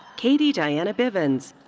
katie diana bivens.